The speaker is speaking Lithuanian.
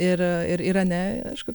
ir ir irane aišku